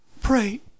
Pray